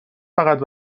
فقط